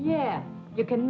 yeah you can